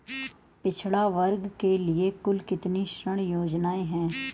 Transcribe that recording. पिछड़ा वर्ग के लिए कुल कितनी ऋण योजनाएं हैं?